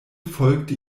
folgte